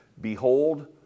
Behold